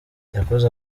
yakoze